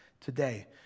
today